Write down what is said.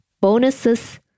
bonuses